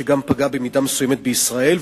שפגע במידה מסוימת גם בישראל,